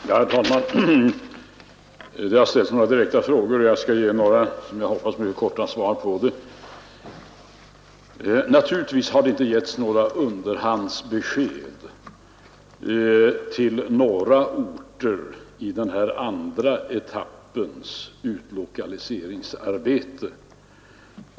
Herr talman! Det har ställts några direkta frågor, och jag skall ge några som jag hoppas mycket korta svar på dem. Naturligtvis har det inte givits underhandsbesked till några orter i den andra etappens utlokaliseringsarbete.